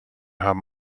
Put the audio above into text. haben